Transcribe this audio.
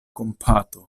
kompato